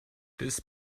this